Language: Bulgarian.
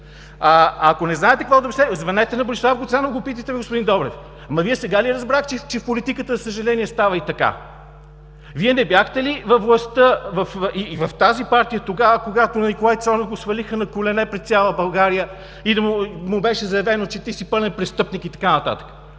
Ако не знаете, звъннете на Божидар Гуцанов и го питайте, господин Добрев. Вие сега ли разбрахте, че в политиката, за съжаление, става и така? Вие не бяхте ли във властта и в тази партия, когато на Николай Цонев го свалиха на колене пред цяла България и му беше заявено: „Ти си пълен престъпник“, и така нататък?